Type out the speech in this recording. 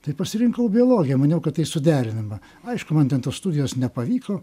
tai pasirinkau biologiją maniau kad tai suderinama aišku man ten tos studijos nepavyko